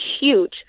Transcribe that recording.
huge